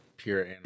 pure